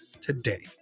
today